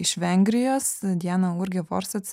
iš vengijos diana urgi vorsic